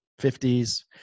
50s